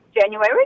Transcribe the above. January